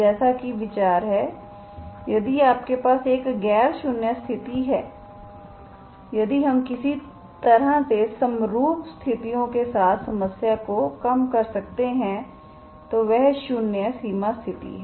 जैसा कि विचार है यदि आपके पास एक गैर शून्य स्थिति है यदि हम किसी तरह से समरूप स्थितियों के साथ समस्या को कम कर सकते हैं तो वह शून्य सीमा स्थिति है